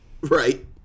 Right